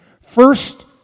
first